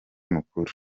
mukuru